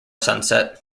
sunset